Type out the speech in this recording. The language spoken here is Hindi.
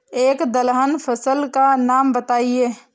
एक दलहन फसल का नाम बताइये